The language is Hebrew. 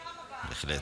בהחלט.